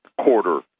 quarter